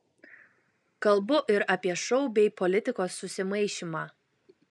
kalbu ir apie šou bei politikos susimaišymą